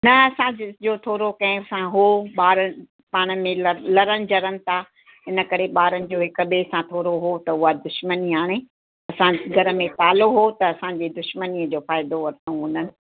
न असांजो थोरो कंहिं सां हो ॿार पाण में लड़ लड़नि जड़नि था इनकरे ॿारनि जो हिकु ॿिए सां थोरो हो त उहा दुश्मनी हाणे असांजे घर में तालो हो त असांजी दुश्मनीअ जो फ़ाइदो वरितो हुननि